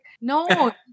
No